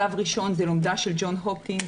שלב ראשון זה לומדה של ג'ון הופקינס.